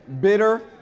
Bitter